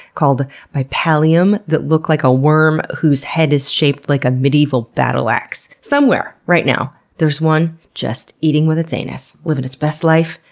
called bipalium, that look like a worm whose head is shaped like a medieval battle axe. somewhere, right now, there's one eating with its anus, living its best life,